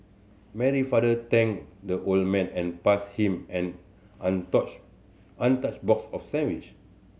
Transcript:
Mary father thanked the old man and passed him an untouched box of sandwich